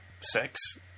sex